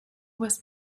was